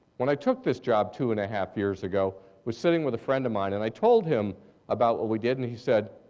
when i took this job two and a half years ago, i was sitting with a friend of mine and i told him about what we did and he said,